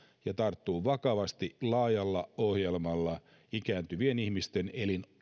ja tarttuu vakavasti laajalla ohjelmalla ikääntyvien ihmisten